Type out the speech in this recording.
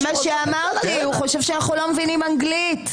זה מה שאמרתי, הוא חושב שאנחנו לא מבינים אנגלית.